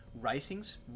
racing's